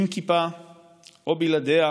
עם כיפה או בלעדיה,